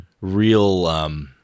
real –